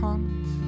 Hunt